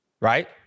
Right